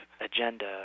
agenda